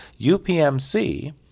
UPMC